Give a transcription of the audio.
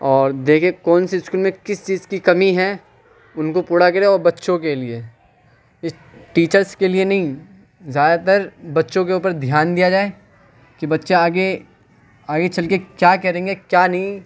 اور دیکھے کون سے اسکول میں کس چیز کی کمی ہے ان کو پورا کرے اور بچوں کے لیے اس ٹیچرس کے لئے نہیں زیادہ تر بچوں کے اوپر دھیان دیا جائے کہ بچہ آگے آگے چل کے کیا کریں گے کیا نہیں